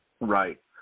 Right